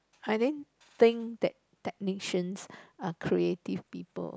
I didn't think that technicians are creative people